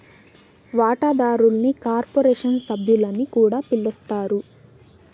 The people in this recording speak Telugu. వాటాదారుల్ని కార్పొరేషన్ సభ్యులని కూడా పిలస్తారు